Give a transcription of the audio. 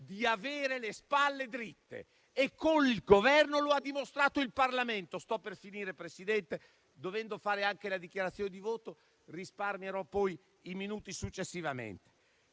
di avere le spalle dritte e col Governo lo ha dimostrato il Parlamento. Sto per finire, signora Presidente, dovendo fare anche la dichiarazione di voto, risparmierò poi i minuti successivamente.